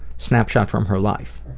snapshot from her life,